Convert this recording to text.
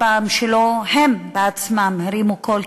וכל פעם שהם בעצמם לא הרימו קול,